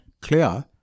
clear